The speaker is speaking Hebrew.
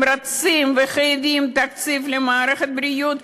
הם רוצים וחייבים תקציב למערכת הבריאות,